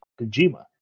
Kojima